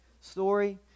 story